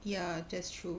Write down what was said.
ya that's true